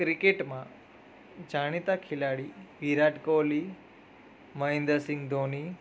ક્રિકેટમાં જાણીતા ખેલાડી વિરાટ કોહલી મહેન્દ્ર સિંઘ ધોની